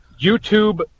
YouTube